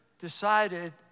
decided